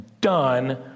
done